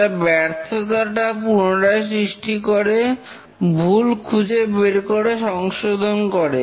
তারা ব্যর্থতাটা পুনরায় সৃষ্টি করে ভুল খুঁজে বের করে সংশোধন করে